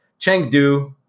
Chengdu